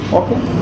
okay